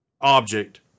object